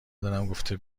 دارمگفته